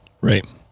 right